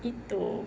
eat though